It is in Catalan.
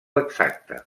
exacta